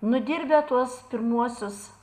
nudirbę tuos pirmuosius